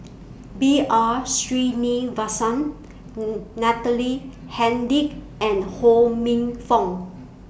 B R Sreenivasan Natalie Hennedige and Ho Minfong